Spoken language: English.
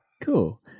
cool